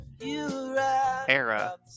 Era